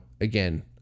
again